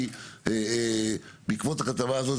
כי בעקבות הכתבה הזאת,